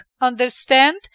understand